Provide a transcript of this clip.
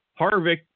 Harvick